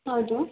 ಹೌದು